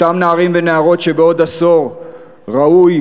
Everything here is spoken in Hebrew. אותם נערים ונערות שבעוד עשור ראוי